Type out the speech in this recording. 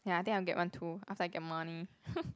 ya I think I'll get one too after I get money